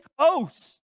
close